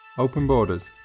open borders!